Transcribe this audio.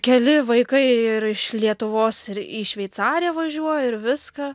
keli vaikai ir iš lietuvos ir į šveicariją važiuoja ir viską